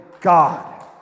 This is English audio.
God